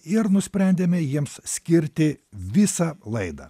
ir nusprendėme jiems skirti visą laidą